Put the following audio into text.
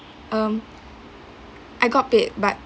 um I got paid but